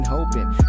Hoping